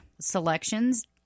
selections